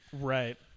Right